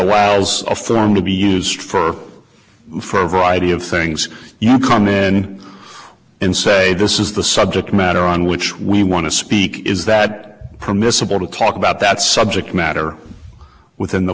allows a firearm to be used for for a variety of things you come in and say this is the subject matter on which we want to speak is that permissible to talk about that subject matter within the